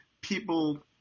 people